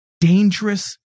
dangerous